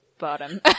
bottom